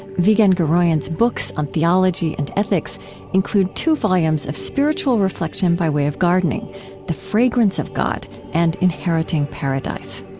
vigen guroian's books on theology and ethics include two volumes of spiritual reflection by way of gardening the fragrance of god and inheriting paradise.